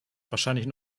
wahrscheinlich